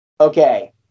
Okay